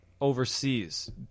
overseas